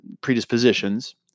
predispositions